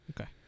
Okay